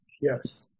yes